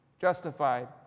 justified